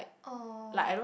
oh